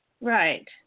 Right